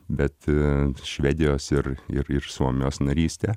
bet švedijos ir ir ir suomijos narystė